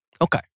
Okay